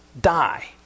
die